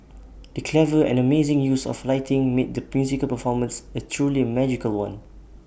the clever and amazing use of lighting made the musical performance A truly magical one